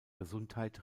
gesundheit